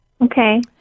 Okay